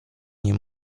nie